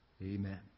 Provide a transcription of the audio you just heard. Amen